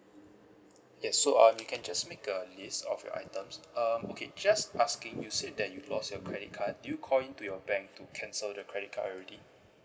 yes so uh you can just make a list of your items um okay just asking you said that you lost your credit card do you call in to your bank to cancel the credit card already